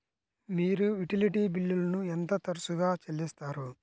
మీరు యుటిలిటీ బిల్లులను ఎంత తరచుగా చెల్లిస్తారు?